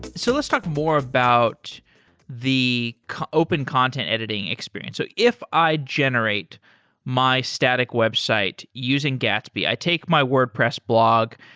so let's talk more about the open content editing experience. so if i generate my static website using gatsby, i take my wordpress blog,